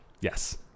Yes